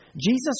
Jesus